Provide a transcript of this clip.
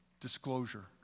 Disclosure